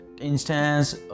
instance